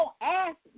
ask